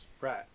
Right